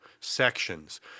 sections